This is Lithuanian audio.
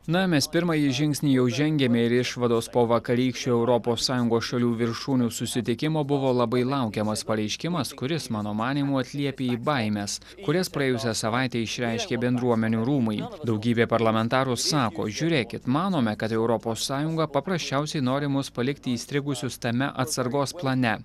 na mes pirmąjį žingsnį jau žengėme ir išvados po vakarykščio europos sąjungos šalių viršūnių susitikimo buvo labai laukiamas pareiškimas kuris mano manymu atliepia į baimes kurias praėjusią savaitę išreiškė bendruomenių rūmai daugybė parlamentarų sako žiūrėkit manome kad europos sąjunga paprasčiausiai nori mus palikti įstrigusius tame atsargos plane